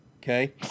Okay